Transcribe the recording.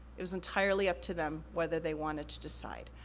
it was entirely up to them whether they wanted to decide.